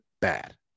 bad